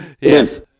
Yes